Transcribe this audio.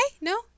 No